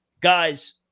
guys